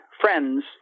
friends